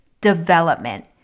development